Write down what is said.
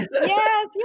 Yes